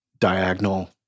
diagonal